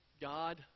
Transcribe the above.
God